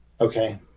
Okay